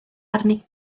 arni